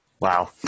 Wow